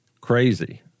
crazy